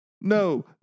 No